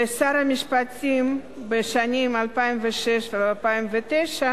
ואת שר המשפטים בשנים 2006 2009,